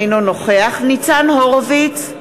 אינו נוכח ניצן הורוביץ,